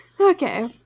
Okay